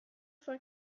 for